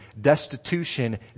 destitution